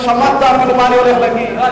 לא שמעת מה אני הולך להגיד.